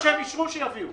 מה שהם אישרו, שיביאו.